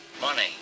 Money